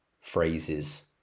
phrases